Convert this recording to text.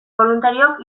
boluntariok